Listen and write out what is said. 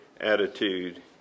attitude